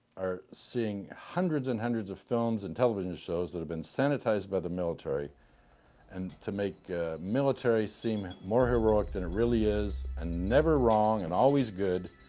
are seeing hundreds and hundreds of films and tv shows that has been sanitized by the military and to make military seem more heroic than they really is, and never wrong and always good.